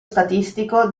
statistico